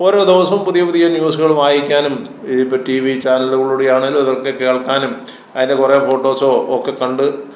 ഓരോ ദിവസം പുതിയ പുതിയ ന്യൂസുകള് വായിക്കാനും ഇത് ഇപ്പം ടി വി ചാനലുകളിലൂടെയാണെങ്കിലും അതൊക്കെ കേൾക്കാനും അതിൻ്റെ കുറേ ഫോട്ടോസോ ഒക്കെ കണ്ട്